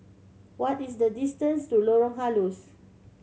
what is the distance to Lorong Halus